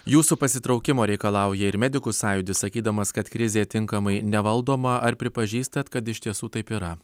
jūsų pasitraukimo reikalauja ir medikų sąjūdis sakydamas kad krizė tinkamai nevaldoma ar pripažįstat kad iš tiesų taip yra